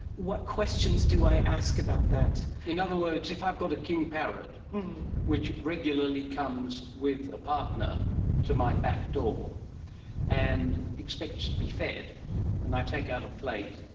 what questions do i ask about that. in other words, if i've got a king parrot which regularly comes with a partner to my back door and expects to be fed and i take out a plate,